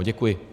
Děkuji.